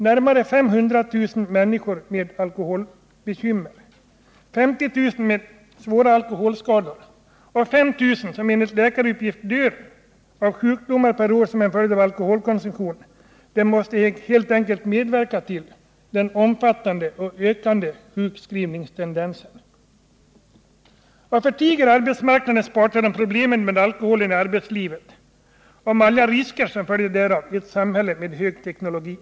Närmare 500 000 människor med alkoholproblem, 50 000 med svåra alkoholskador och 5 000 dödsfall per år som enligt läkaruppgift är att hänföra till sjukdomar som en följd av alkoholkonsumtion — detta måste helt enkelt medverka till den omfattande och ökande sjukskrivningstendensen. Varför tiger arbetsmarknadens parter om problemen i samband med alkohol i arbetslivet och om alla risker som följer därav i ett samhälle med hög teknologi?